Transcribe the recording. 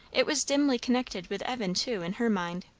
it was dimly connected with evan, too, in her mind,